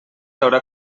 haurà